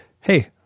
hey